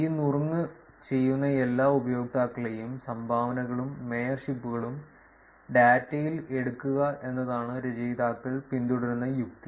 ഈ നുറുങ്ങ് ചെയ്യുന്ന എല്ലാ ഉപയോക്താക്കളെയും സംഭാവനകളും മേയർഷിപ്പുകളും ഡാറ്റയിൽ എടുക്കുക എന്നതാണ് രചയിതാക്കൾ പിന്തുടരുന്ന യുക്തി